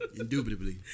Indubitably